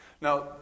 Now